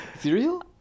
cereal